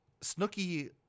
Snooky